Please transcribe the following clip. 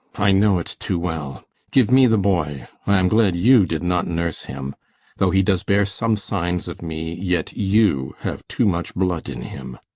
i know't too well give me the boy i am glad you did not nurse him though he does bear some signs of me, yet you have too much blood in him.